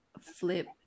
flip